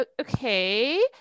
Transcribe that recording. okay